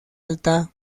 alta